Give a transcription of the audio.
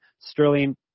Sterling